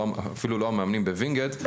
אפילו לא המאמנים בווינגייט,